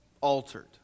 altered